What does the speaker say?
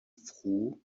through